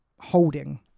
holding